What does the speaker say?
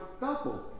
double